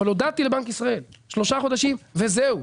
אבל הודעתי לבנק ישראל שלושה חודשים וזהו.